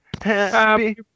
Happy